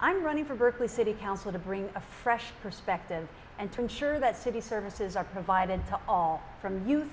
i'm running for berkeley city council to bring a fresh perspective and to ensure that city services are provided to all from the youth